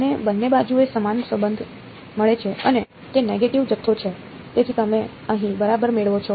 તમને બંને બાજુએ સમાન સંબંધ મળે છે અને તે નેગેટિવ જથ્થો છે તેથી તમે અહીં બરાબર મેળવો છો